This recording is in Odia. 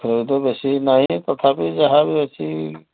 ତଥାପି ତ ବେଶୀ ନାହିଁ ତଥାପି ଯାହାବି ଅଛି